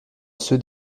ceux